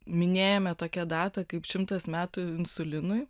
minėjome tokią datą kaip šimtas metų insulinui